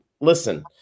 listen